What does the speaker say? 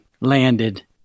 landed